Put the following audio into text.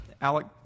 Alec –